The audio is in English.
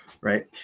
Right